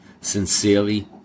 Sincerely